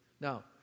Now